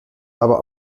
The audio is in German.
aber